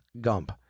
Gump